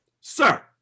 Sir